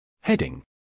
Heading